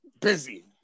busy